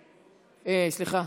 סליחה,